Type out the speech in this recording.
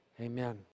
Amen